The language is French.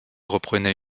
reprenait